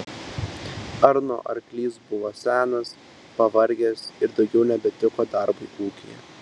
arno arklys buvo senas pavargęs ir daugiau nebetiko darbui ūkyje